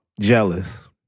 jealous